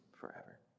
forever